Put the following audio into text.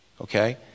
Okay